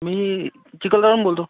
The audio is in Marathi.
मी चिखलदऱ्याहून बोलतो